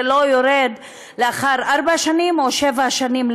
וזה לא יורד לאחר ארבע שנים או שבע שנים,